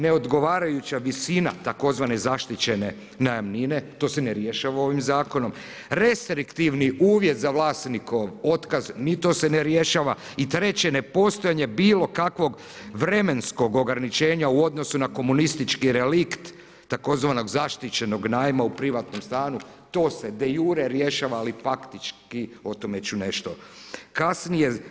Neodgovarajuća visina tzv. zaštićene najamnine, to se ne rješava ovim Zakonom, restriktivno uvjet za vlasnikov otkaz, ni to se ne rješava i treće, nepostojanje bilo kakvog vremenskog ograničenja u odnosu na komunistički relikt tzv. zaštićenog najma u privatnom stanu, to se de iure rješava … o tome ću nešto kasnije.